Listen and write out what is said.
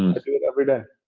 um and do it every day.